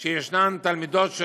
שיש תלמידות,